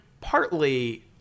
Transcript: partly